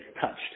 touched